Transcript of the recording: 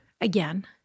again